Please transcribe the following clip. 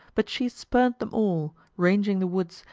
but she spurned them all, ranging the woods,